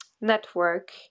network